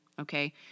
okay